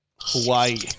Hawaii